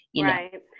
Right